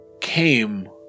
came